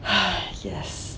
yes